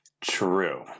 True